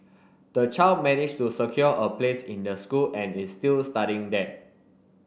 the child managed to secure a place in the school and is still studying there